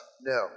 No